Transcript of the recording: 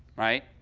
right?